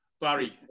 Barry